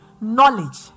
knowledge